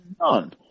none